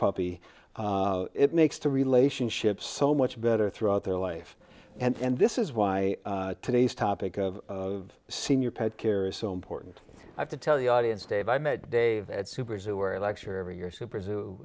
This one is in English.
puppy it makes to relationships so much better throughout their life and this is why today's topic of senior pet care is so important i have to tell the audience dave i met dave at super zoo where lecture every year super zoo